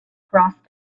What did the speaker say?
crossed